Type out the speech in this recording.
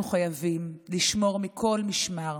אנחנו חייבים לשמור מכל משמר